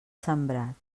sembrat